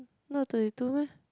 not thirty two meh